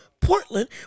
Portland